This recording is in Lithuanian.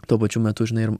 tuo pačiu metu žinai ir